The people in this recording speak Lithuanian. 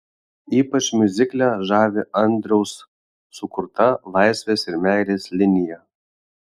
ypač miuzikle žavi andriaus sukurta laisvės ir meilės linija